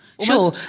Sure